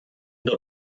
der